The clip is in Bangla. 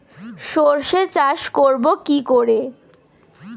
সর্ষে চাষ করব কি করে?